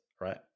right